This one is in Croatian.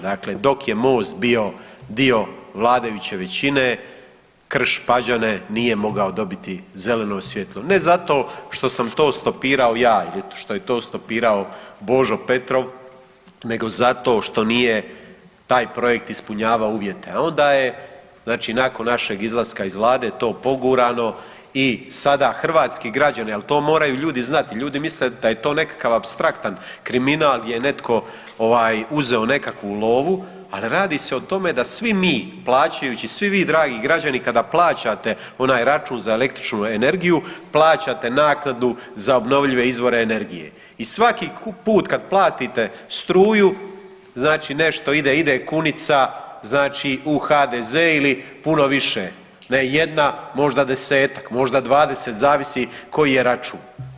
Dakle, to je Most bio dio vladajuće većine, Krš Pađene nije mogao dobiti zeleno svjetlo, ne zato što sam to stopirao ja ili što je to stopirao Božo Petrov, nego zato što nije taj projekt ispunjavao uvjete a onda je znači nakon našeg izlaska iz Vlade to pogurano i sada hrvatski građane, al to moraju ljudi znat jer ljudi misle da je to nekakav apstraktan kriminal gdje je netko uzeo nekakvu lovu ali radi se o tome da svi mi plaćajući, svi vi dragi građani kada plaćate onaj račun za električnu energiju, plaćate naknadu a obnovljive izvore energije i svaki put kad platite struju, znači nešto ide, ide kunica znači u HDZ ili puno više, da je jedna, možda desetak, možda dvadeset, zavisi koji je račun.